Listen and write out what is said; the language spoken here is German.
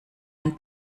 ein